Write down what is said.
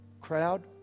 crowd